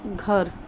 घर